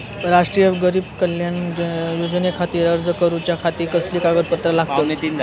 राष्ट्रीय गरीब कल्याण योजनेखातीर अर्ज करूच्या खाती कसली कागदपत्रा लागतत?